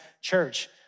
church